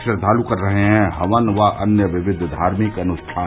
श्रद्वालु कर रहे हैं हवन व अन्य विभिन्न धार्मिक अनुष्ठान